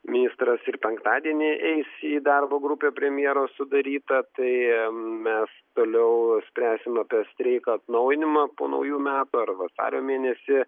ministras ir penktadienį eis į darbo grupę premjero sudarytą tai mes toliau spręsim apie streiko atnaujinimą po naujų metų ar vasario mėnesį